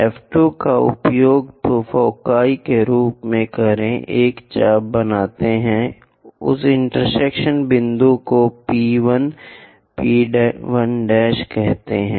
F 2 का उपयोग foci के रूप में करें एक चाप बनाते हैं उस इंटरसेक्शन बिंदु को P 1 P 1 P 1 P 1 कहते हैं